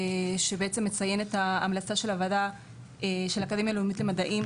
שבעצם מציין את ההמלצה של הוועדה של האקדמיה הלאומית למדעים,